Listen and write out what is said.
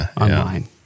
online